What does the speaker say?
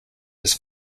his